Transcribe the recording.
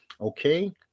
okay